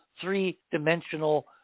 three-dimensional